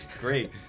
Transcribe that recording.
great